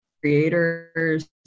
creators